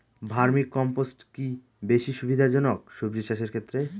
Vermi compost কি বেশী সুবিধা জনক সবজি চাষের ক্ষেত্রে?